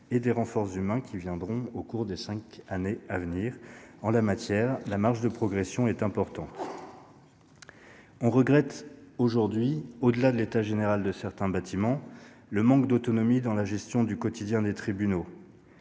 et des renforts humains qui les rejoindront au cours des cinq années à venir. En la matière, la marge de progression est importante. On peut regretter, au-delà de l'état général de certains bâtiments, le manque d'autonomie dans la gestion du quotidien des tribunaux.